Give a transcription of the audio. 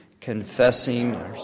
confessing